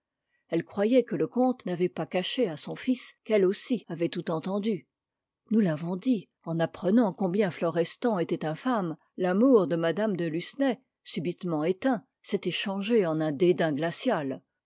elle croyait que le comte n'avait pas caché à son fils qu'elle aussi avait tout entendu nous l'avons dit en apprenant combien florestan était infâme l'amour de mme de lucenay subitement éteint s'était changé en